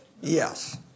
yes